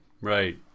right